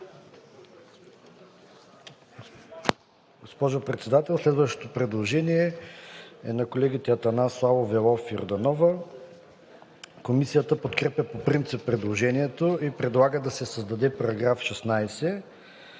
Госпожо Председател, следващото предложение е на колегите Славов, Велов и Йорданова. Комисията подкрепя по принцип предложението и предлага да се създаде § 16: „§ 16.